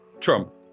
Trump